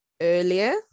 earlier